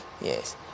Yes